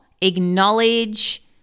acknowledge